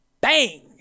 bang